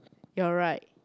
you're right